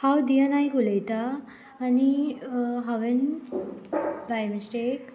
हांव दिया नायक उलयतां आनी हांवें बाय मिस्टेक